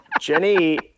Jenny